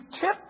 tip